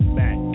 back